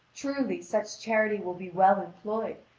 truly, such charity will be well employed,